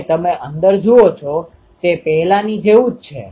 તેથી તમે જોશો કે આ cos પર આધારીત છે